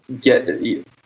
get